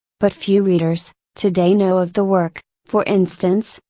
but few readers, today know of the work, for instance,